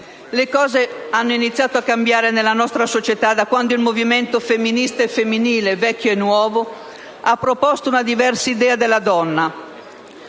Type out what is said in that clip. Le cose hanno iniziato a cambiare nella nostra società da quando il movimento femminista e femminile, vecchio e nuovo, ha proposto una diversa idea della donna,